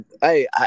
Hey